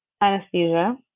anesthesia